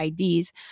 IDs